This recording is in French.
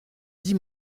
dis